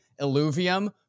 Illuvium